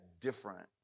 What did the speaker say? different